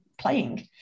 playing